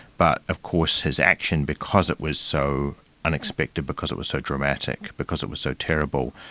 but of course his action, because it was so unexpected, because it was so dramatic, because it was so terrible,